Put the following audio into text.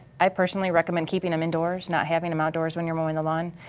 i personally recommend keeping them indoors, not having them outdoors when you're mowing the lawn.